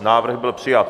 Návrh byl přijat.